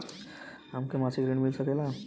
हमके मासिक ऋण मिल सकेला?